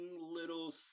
little